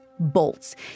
Bolts